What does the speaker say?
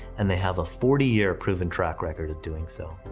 and they have a forty year proven track record of doing so.